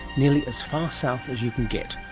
nearly as far south as you can get,